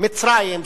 מצרים,